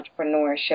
entrepreneurship